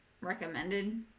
recommended